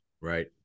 right